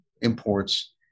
imports